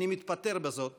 אני מתפטר בזאת